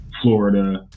Florida